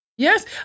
Yes